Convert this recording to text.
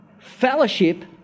Fellowship